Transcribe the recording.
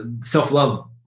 Self-love